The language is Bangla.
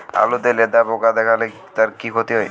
আলুতে লেদা পোকা দেখালে তার কি ক্ষতি হয়?